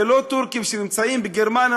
זה לא טורקים שנמצאים בגרמניה,